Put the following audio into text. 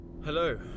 Hello